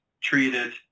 treated